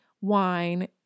wine